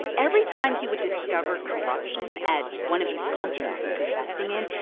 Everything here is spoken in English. every time he would discover corruption at one of these companies he was investing in,